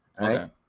right